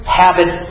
habit